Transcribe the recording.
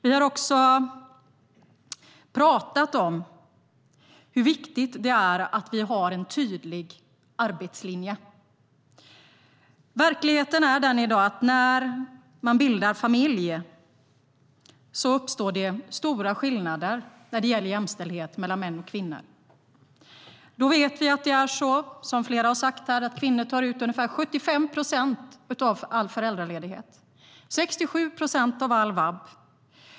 Vi har också pratat om hur viktigt det är att vi har en tydlig arbetslinje. Verkligheten är i dag den att det uppstår stora skillnader när det gäller jämställdhet mellan män och kvinnor när man bildar familj. Som flera har sagt tar kvinnor ut ungefär 75 procent av all föräldraledighet och 67 procent av all vab.